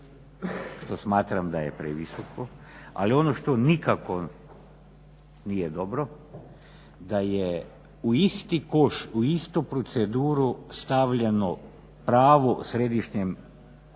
što smatram da je previsoko, ali ono što nikako nije dobro da je u isti koš, u istu proceduru stavljeno pravo središnjoj